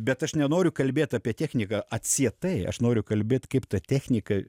bet aš nenoriu kalbėt apie techniką atsietai aš noriu kalbėt kaip ta technika